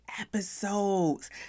episodes